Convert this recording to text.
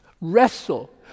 wrestle